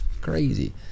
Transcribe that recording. crazy